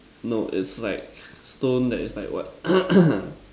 no it's like stone that is like what